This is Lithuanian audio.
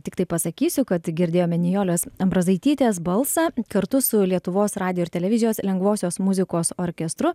tiktai pasakysiu kad girdėjome nijolės ambrazaitytės balsą kartu su lietuvos radijo ir televizijos lengvosios muzikos orkestru